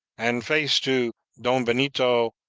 and face to don benito,